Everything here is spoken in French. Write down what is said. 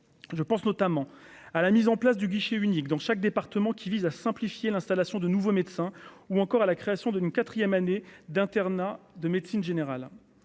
je pense notamment à la mise en place du guichet unique dans chaque département, qui vise à simplifier l'installation de nouveaux médecins ou encore à la création d'une 4ème année d'internat de médecine générale